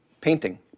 painting